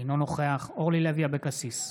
אינו נוכח אורלי לוי אבקסיס,